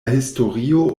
historio